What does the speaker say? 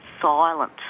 silent